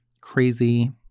crazy